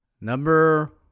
Number